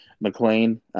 McLean